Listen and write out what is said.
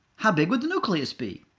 how big would the nucleus be?